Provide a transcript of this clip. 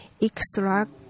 extract